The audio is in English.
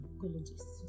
colleges